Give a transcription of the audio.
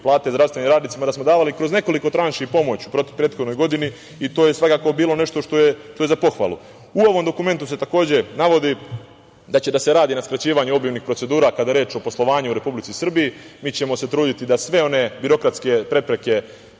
da smo davali kroz nekoliko tranši pomoć u prethodnoj godini i to je svakako bilo nešto što je za pohvalu.U ovom dokumentu se, takođe, navodi da će da se radi na skraćivanju obimnih procedura kada je reč o poslovanju u Republici Srbiji. Mi ćemo se truditi da sve one birokratske prepreke